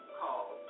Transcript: Call